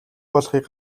болохыг